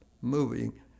moving